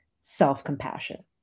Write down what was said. self-compassion